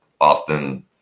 often